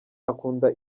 akunda